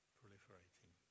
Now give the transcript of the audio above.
proliferating